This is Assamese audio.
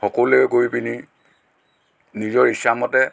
সকলোৱেই গৈ পিনি নিজৰ ইচ্ছামতে